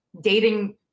dating